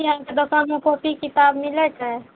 कि अहाँके दोकानमे कॉपी किताब मिलै छै